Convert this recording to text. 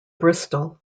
bristol